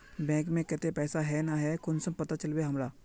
Bank में केते पैसा है ना है कुंसम पता चलते हमरा?